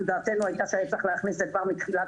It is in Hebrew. דעתנו הייתה שהיה צריך להכניס כבר מתחילת